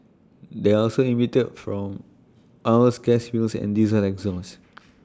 they also emitted from oils gas fields and diesel exhaust